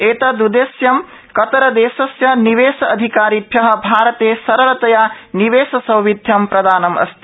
एतद्ददेश्यं कतरदेशस्य निवेश अधिकारिभ्य भारते सरलतया निवेश सौविध्यस्य प्रदानम् अस्ति